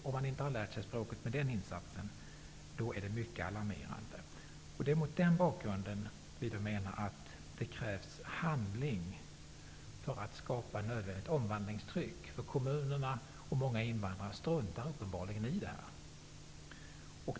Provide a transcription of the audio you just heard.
Om man inte med den insatsen har lärt sig språket, är det mycket alarmerande. Det är mot den bakgrunden som vi nydemokrater menar att det krävs handling för att skapa nödvändigt omvandlingstryck, därför att kommunerna och många invandrare struntar uppenbarligen i detta.